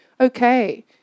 okay